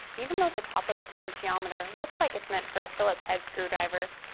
even though the top of the potentiometer looks like it's meant for a phillips-head screwdriver,